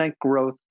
growth